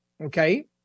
Okay